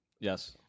Yes